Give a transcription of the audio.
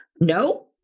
No